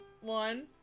One